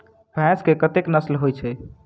भैंस केँ कतेक नस्ल होइ छै?